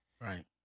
Right